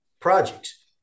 projects